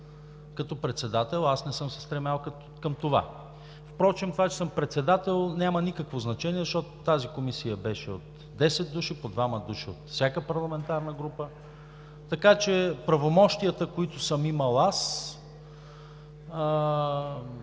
като председател аз не съм се стремял към това. Впрочем това, че съм председател, няма никакво значение, защото тази комисия беше от 10 души – по двама от всяка парламентарна група, така че правомощията, които съм имал аз,